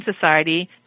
Society